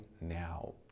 now